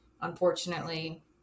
Unfortunately